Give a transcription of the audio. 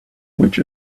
which